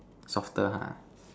softer ha